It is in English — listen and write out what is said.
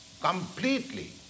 completely